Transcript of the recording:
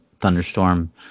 thunderstorm